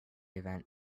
event